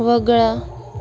वगळा